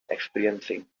experiencing